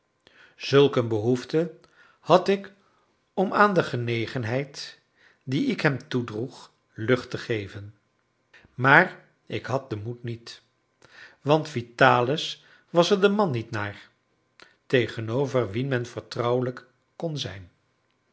een behoefte had ik om aan de genegenheid die ik hem toedroeg lucht te geven maar ik had den moed niet want vitalis was er de man niet naar tegenover wien men vertrouwelijk kon zijn